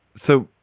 so,